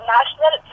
National